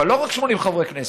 אבל לא רק 80 חברי כנסת,